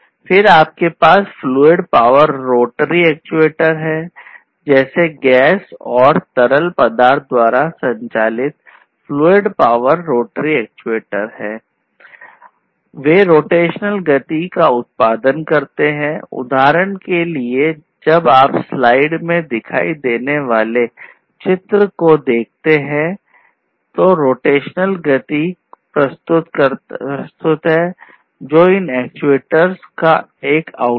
फिर आपके पास फ्लूइड पावर रोटरी में दिखाई देने वाले चित्र को देखते हैं रोटेशनल गति प्रस्तुत है जो इन एक्चुएटर्स का एक आउटपुट